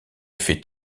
fait